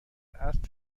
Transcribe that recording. اسب